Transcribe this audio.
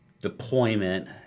deployment